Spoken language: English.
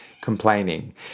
complaining